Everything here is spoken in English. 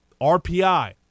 RPI